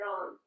on